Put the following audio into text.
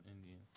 Indian